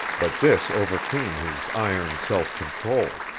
but this overcame his iron self-control.